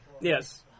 Yes